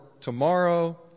tomorrow